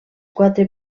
quatre